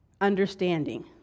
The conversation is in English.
understanding